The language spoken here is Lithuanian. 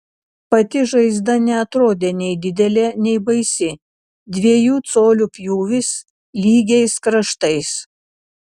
pati žaizda neatrodė nei didelė nei baisi dviejų colių pjūvis lygiais kraštais